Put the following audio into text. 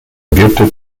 gifted